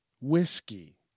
Whiskey